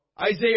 Isaiah